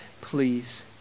please